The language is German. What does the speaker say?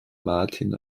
martin